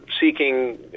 seeking